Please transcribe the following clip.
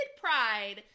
pride